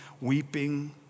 weeping